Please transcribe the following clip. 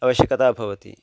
आवश्यकता भवति